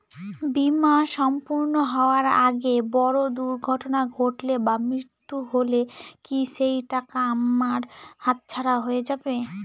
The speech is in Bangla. বীমা সম্পূর্ণ হওয়ার আগে বড় দুর্ঘটনা ঘটলে বা মৃত্যু হলে কি সেইটাকা আমার হাতছাড়া হয়ে যাবে?